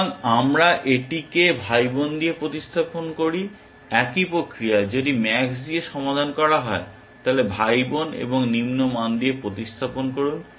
সুতরাং আমরা এটিকে ভাইবোন দিয়ে প্রতিস্থাপন করি একই প্রক্রিয়া যদি ম্যাক্স দিয়ে সমাধান করা হয় তাহলে ভাইবোন এবং নিম্ন মান দিয়ে প্রতিস্থাপন করুন